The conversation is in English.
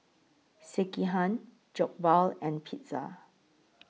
Sekihan Jokbal and Pizza